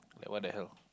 then what the hell